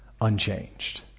unchanged